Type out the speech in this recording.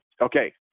Okay